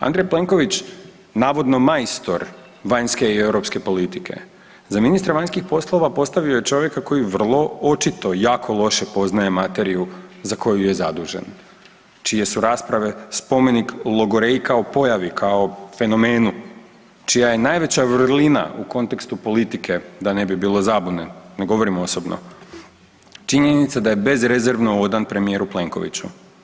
Andrej Plenković navodno majstor vanjske i europske politike, za ministra vanjskih poslova postavio je čovjeka koji vrlo očito jako loše poznaje materiju za koju je zadužen čije su rasprave spomenik logoreji kao pojavi kao fenomenu čija je najveća vrlina u kontekstu politike, da ne bi bilo zabune ne govorim osobno, činjenica da je bezrezervno odan premijeru Plenkoviću.